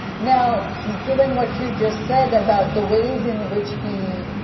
now, given what you just said about the ways in which he,